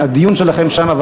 הדיון שלכם שם,